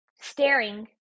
staring